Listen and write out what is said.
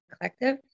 collective